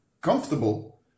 comfortable